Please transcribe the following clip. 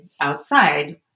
outside